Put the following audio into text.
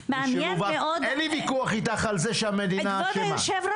פתרון שמתייחס באמת לכל המצוקות האיומות